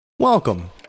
Welcome